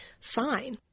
sign